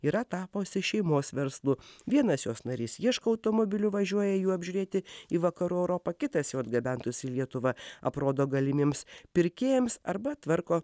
yra tapusi šeimos verslu vienas jos narys ieško automobilių važiuoja jų apžiūrėti į vakarų europą kitas jau atgabentus į lietuvą aprodo galimiems pirkėjams arba tvarko